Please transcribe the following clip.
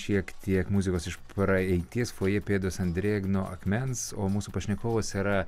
šiek tiek muzikos iš praeities fojė pėdos ant drėgno akmens o mūsų pašnekovas yra